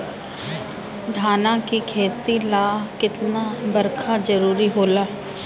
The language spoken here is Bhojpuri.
धान के खेती ला केतना बरसात जरूरी होला?